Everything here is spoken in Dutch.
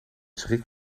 schrik